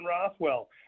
Rothwell